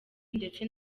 ndetse